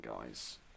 guys